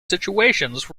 situations